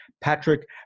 Patrick